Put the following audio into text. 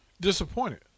Disappointed